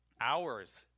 hours